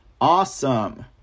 Awesome